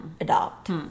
adopt